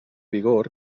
vigor